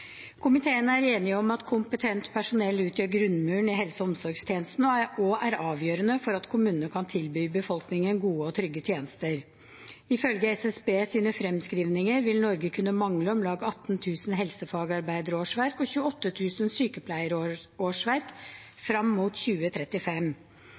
Komiteen er enig om at kompetent personell utgjør grunnmuren i helse- og omsorgstjenesten og er avgjørende for at kommunene kan tilby befolkningen gode og trygge tjenester. Ifølge SSBs fremskrivinger vil Norge kunne mangle om lag 18 000 helsefagarbeiderårsverk og